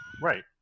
right